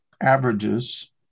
averages –